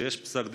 כשיש פסק דין,